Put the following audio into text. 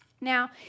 Now